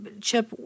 Chip